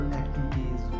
activities